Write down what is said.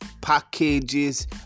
packages